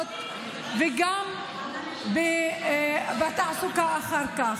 במלגות וגם בתעסוקה אחר כך.